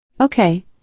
Okay